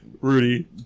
rudy